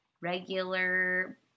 regular